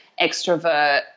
extrovert